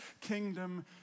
kingdom